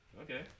Okay